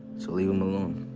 so leave him alone.